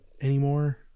anymore